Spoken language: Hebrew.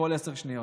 כל עשר שניות.